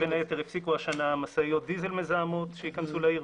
בין היתר הפסיקו השנה משאיות דיזל מזהמות שייכנסו לעיר,